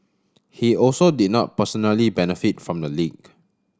he also did not personally benefit from the leak